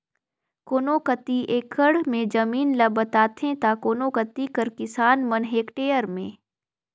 कोनो कती एकड़ में जमीन ल बताथें ता कोनो कती कर किसान मन हेक्टेयर में